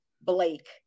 Blake